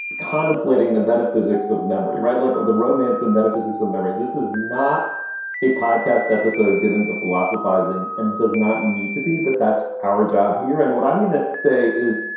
contemplating the metaphysics of memory. right. like the romance and metaphysics of memory. this is not a podcast episode given to philosophizing and does not need to be. but that's our job here and what i'm going to say is,